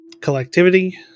Collectivity